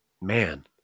man